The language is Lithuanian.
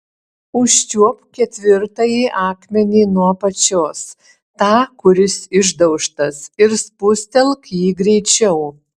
užčiuopk ketvirtąjį akmenį nuo apačios tą kuris išdaužtas ir spustelk jį greičiau